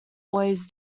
always